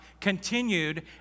continued